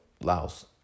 Laos